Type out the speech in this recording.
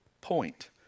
point